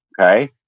okay